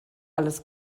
alles